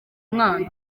mwana